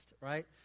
right